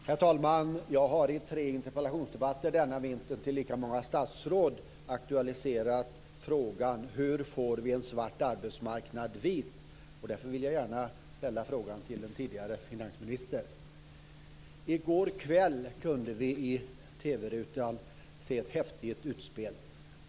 Herr talman! Jag har i tre interpellationsdebatter denna vinter till lika många statsråd aktualiserat frågan om hur vi får en svart arbetsmarknad vit. Därför vill jag gärna ställa frågan till en tidigare finansminister. I går kväll kunde vi i TV-rutan se ett häftigt utspel.